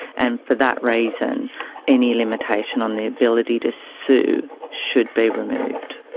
and for that reason any limitation on the ability to sue should be removed.